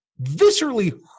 viscerally